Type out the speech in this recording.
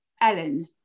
Ellen